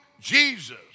Jesus